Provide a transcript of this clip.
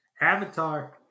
Avatar